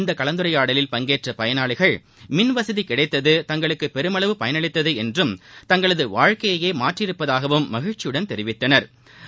இந்த கலந்துரையாடலில் பங்கேற்ற பயனாளிகள் மின்வசதி கிளடத்தது தங்களுக்கு பெருமளவு பயனளித்தது என்றும் தங்களது வாழ்க்கையையே மாற்றியிருப்பதாகவும் மகிழ்ச்சியுடன் தெரிவித்தனா்